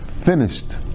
finished